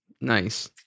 Nice